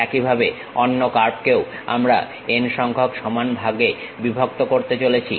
একইভাবে অন্য কার্ভকেও আমরা n সংখ্যক সমান ভাগে বিভক্ত করতে চলেছি